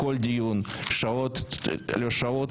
ראשית,